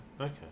Okay